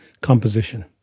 composition